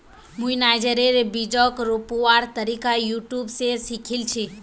मुई नाइजरेर बीजक रोपवार तरीका यूट्यूब स सीखिल छि